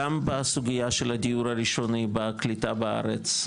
גם בסוגייה של הדיור הראשוני בקליטה בארץ,